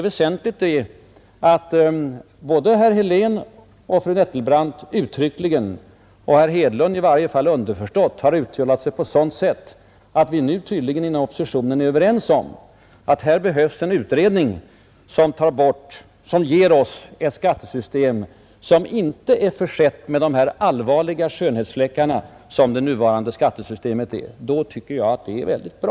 Väsentligt är att både herr Helén och fru Nettelbrandt uttryckligen — och herr Hedlund i varje fall underförstått — har uttalat sig på ett sådant sätt att vi nu inom oppositionen tydligen är enade om att det behövs en utredning som ger oss ett skattesystem som inte är försett med de allvarliga skönhetsfläckar som det nuvarande skattesystemet har. Det tycker jag är väldigt bra.